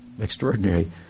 extraordinary